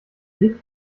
rick